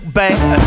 bad